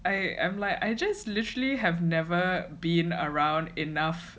I am like I just literally have never been around enough